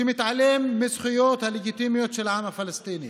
שמתעלם מהזכויות הלגיטימיות של העם הפלסטיני.